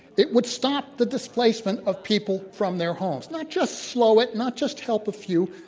it would stop the displacement of people from their homes, not just slow it, not just help a few,